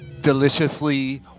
deliciously